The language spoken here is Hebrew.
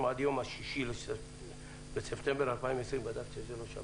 עד יום 6 בספטמבר 2020. בדקת שזה לא שבת?